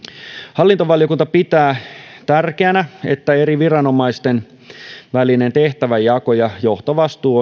hallintovaliokunta pitää tärkeänä että eri viranomaisten välinen tehtävänjako ja johtovastuu